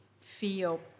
feel